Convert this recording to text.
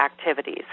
activities